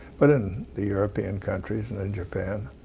but in the european countries and in japan,